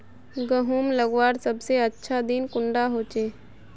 गहुम लगवार सबसे अच्छा दिन कुंडा होचे?